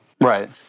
Right